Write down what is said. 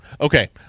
okay